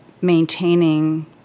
maintaining